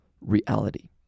reality